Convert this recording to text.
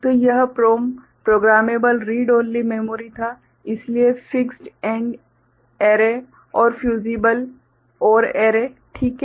तो यह PROM programmable read only memory था इसलिए फिक्स्ड एंड एरे और फ्यूज़िबल OR एरे ठीक है